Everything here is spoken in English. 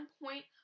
point